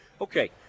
Okay